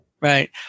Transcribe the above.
Right